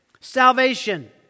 salvation